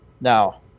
Now